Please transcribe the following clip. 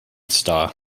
sta